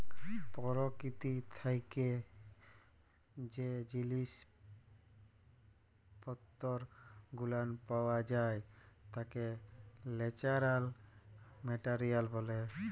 পরকীতি থাইকে জ্যে জিনিস পত্তর গুলান পাওয়া যাই ত্যাকে ন্যাচারাল মেটারিয়াল ব্যলে